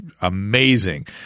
amazing